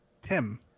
Tim